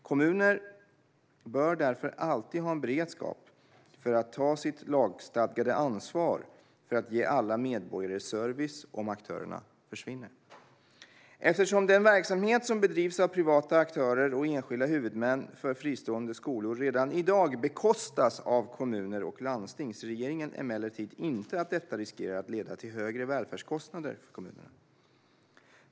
Kommuner bör därför alltid ha en beredskap för att ta sitt lagstadgade ansvar för att ge alla medborgare service om aktörerna försvinner. Eftersom den verksamhet som bedrivs av privata aktörer och enskilda huvudmän för fristående skolor redan i dag bekostas av kommuner och landsting ser regeringen emellertid inte att detta riskerar att leda till högre välfärdskostnader för kommunerna.